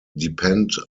depend